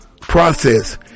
process